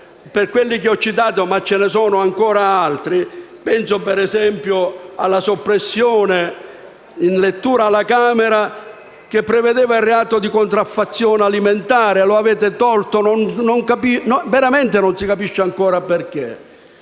come quelli che ho citato, ma ce ne sono ancora altri. Penso - per esempio - alla soppressione durante la lettura alla Camera del reato di contraffazione alimentare. Lo avete tolto. Veramente non si capisce ancora perché.